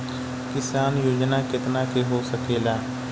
किसान योजना कितना के हो सकेला?